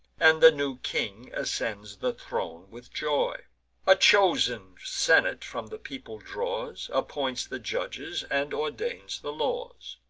and the new king ascends the throne with joy a chosen senate from the people draws appoints the judges, and ordains the laws.